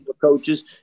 coaches